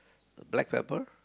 the black pepper